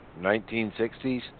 1960s